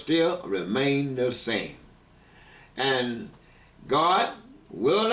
still remain the same and god will